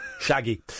Shaggy